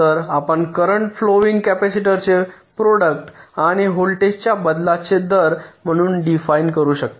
तर आपण current flowing कॅपेसिटरचे प्रॉडक्ट आणि व्होल्टेजच्या बदलाचे दर म्हणून डिफाईन करू शकता